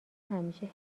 همیشه